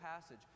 passage